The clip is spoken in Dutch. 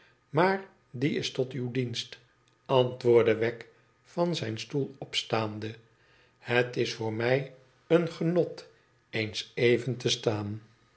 maar die is tot uw dienst ant woordde wegg van zijn stoel opstaande het is voor mij een genot eens even te staan